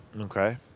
Okay